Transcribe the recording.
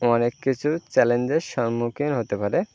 অনেক কিছু চ্যালেঞ্জের সম্মুখীন হতে পারে